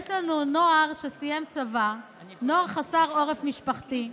יש לנו נוער שסיים צבא, נוער חסר עורף משפחתי.